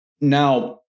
now